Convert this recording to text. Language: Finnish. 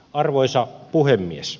arvoisa puhemies